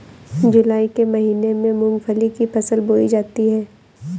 जूलाई के महीने में मूंगफली की फसल बोई जाती है